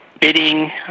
Bidding